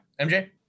MJ